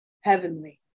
Heavenly